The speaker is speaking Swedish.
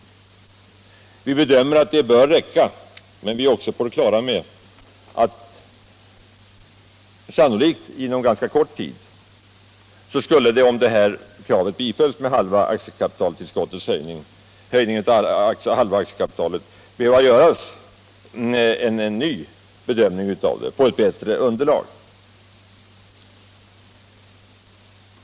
Vi bedömer att det bör räcka, men vi är också på det klara med att om vårt krav på en sådan begränsad höjning bifölls, skulle det sannolikt inom ganska kort tid behöva göras en ny bedömning — på ett bättre underlag.